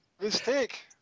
Mistake